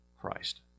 Christ